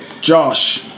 Josh